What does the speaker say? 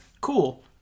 cool